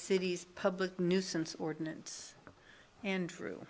city's public nuisance ordinance andrew